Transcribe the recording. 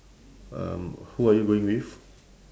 um who are you going with